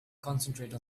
concentrate